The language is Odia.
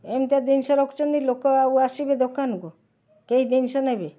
ଏମିତିଆ ଜିନିଷ ରଖୁଛନ୍ତି ଲୋକ ଆଉ ଆସିବେ ଦୋକାନକୁ କେହି ଜିନିଷ ନେବେ